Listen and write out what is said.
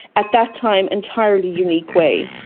at that time entirely unique, way.